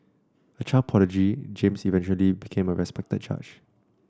a child prodigy James eventually became a respected judge